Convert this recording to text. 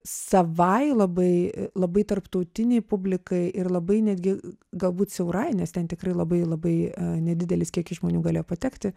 savai labai labai tarptautinei publikai ir labai netgi galbūt siaurai nes ten tikrai labai labai nedidelis kiekis žmonių galėjo patekti